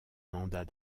mandat